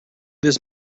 this